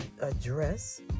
address